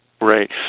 Right